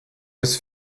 des